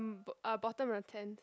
mm b~ uh bottom of the tent